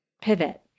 pivot